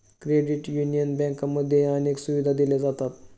credit union बँकांमध्येही अनेक सुविधा दिल्या जातात